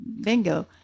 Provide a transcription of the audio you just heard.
bingo